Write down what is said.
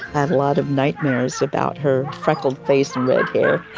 had a lot of nightmares about her freckled face and red hair.